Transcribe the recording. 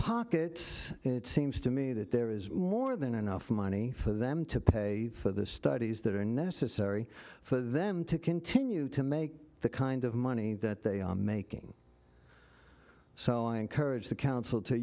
pockets it seems to me that there is more than enough money for them to pay for the studies that are necessary for them to continue to make the kind of money that they are making so i encourage the council to